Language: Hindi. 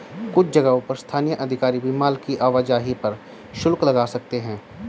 कुछ जगहों पर स्थानीय अधिकारी भी माल की आवाजाही पर शुल्क लगा सकते हैं